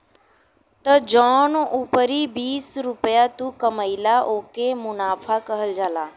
त जौन उपरी बीस रुपइया तू कमइला ओके मुनाफा कहल जाला